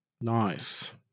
Nice